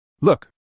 Look